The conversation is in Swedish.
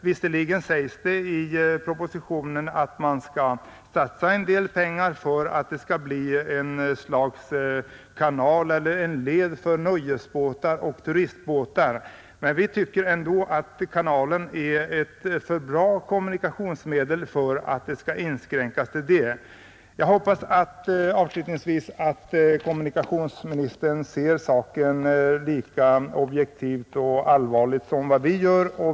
Visserligen sägs det i propositionen att man skall satsa en del pengar för att det skall bli en led för nöjesbåtar och turistbåtar. Men vi tycker ändå att kanalen är ett för bra kommunikationsmedel för att inskränkas till detta. Jag hoppas avslutningsvis att kommunikationsministern ser frågan lika objektivt och allvarligt som vi gör.